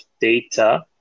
data